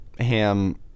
Ham